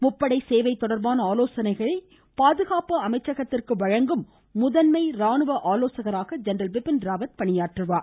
முப்படை சேவை தொடா்பான ஆலோசனைகளை பாதுகாப்பு அமைச்சகத்திற்கு வழங்கும் முதன்மை ராணுவ ஆலோசகராக ஜெனரல் பிபின் ராவத் பணியாற்றுவார்